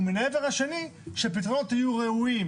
ומן העבר השני, שפתרונות יהיו ראויים,